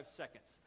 seconds